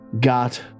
got